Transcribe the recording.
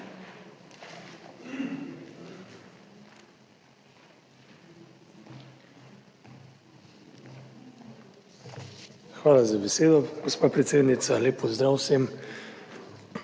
Hvala za besedo, gospa predsednica. Lep pozdrav vsem!